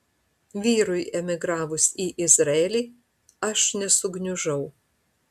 vyrui emigravus į izraelį aš nesugniužau